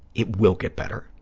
it will get better.